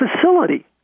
facility